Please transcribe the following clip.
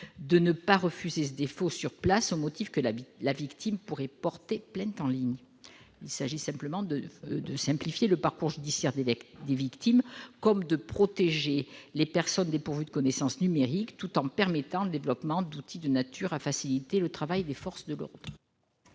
de refuser le dépôt sur place, au motif que la victime pourrait porter plainte en ligne. Il s'agit seulement de simplifier le parcours judiciaire des victimes et de protéger les personnes dépourvues de connaissances numériques, tout en permettant le développement d'outils de nature à faciliter le travail des forces de l'ordre.